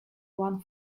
one